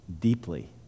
deeply